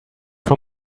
from